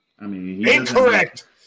Incorrect